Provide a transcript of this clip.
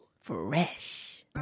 fresh